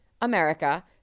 America